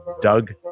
Doug